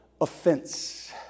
offense